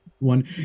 one